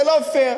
זה לא פייר.